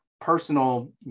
personal